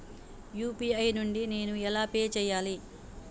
UPI నుండి నేను ఎలా పే చెయ్యాలి?